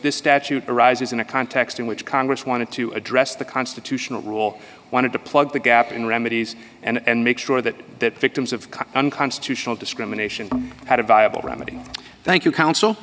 this statute arises in a context in which congress wanted to address the constitutional rule wanted to plug the gap in remedies and make sure that victims of unconstitutional discrimination had a viable remedy thank you counsel